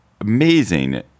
Amazing